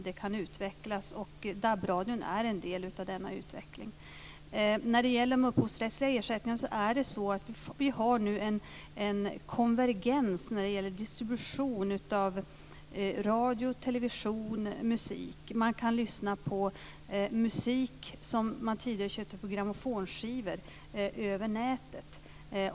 Det kan utvecklas. DAB-radion är en del av denna utveckling. När det gäller de upphovsrättsliga ersättningarna har vi nu en konvergens i fråga om distribution av radio, television och musik. Man kan lyssna på musik över nätet som man tidigare köpte på grammofonskivor.